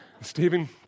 Stephen